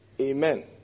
Amen